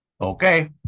Okay